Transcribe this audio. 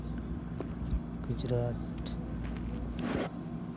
Gujarat